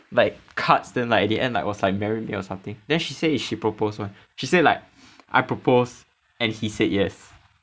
like cards then like at the end like was like marry me or something then she say is she proposed [one] she said like I propose and he said yes